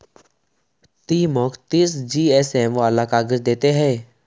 ती मौक तीस जीएसएम वाला काग़ज़ दे ते हैय्